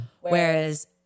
Whereas